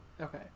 Okay